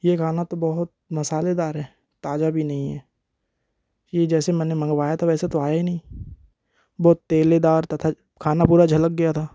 ये गाना तो बहुत मसालेदार है ताजा भी नहीं है ये जैसे मैंने मंगवाया था वैसा तो आया नहीं बहुत तेलेदार तथा खाना पूरा झलक गया था